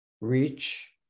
reach